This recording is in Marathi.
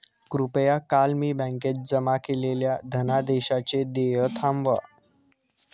कृपया काल मी बँकेत जमा केलेल्या धनादेशाचे देय थांबवा